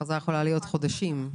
ההכרזה יכולה לקחת חודשים.